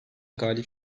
galip